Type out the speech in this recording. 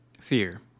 Fear